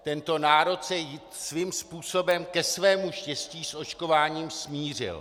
Tento národ se svým způsobem ke svému štěstí s očkováním smířil.